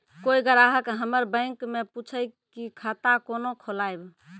कोय ग्राहक हमर बैक मैं पुछे की खाता कोना खोलायब?